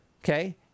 okay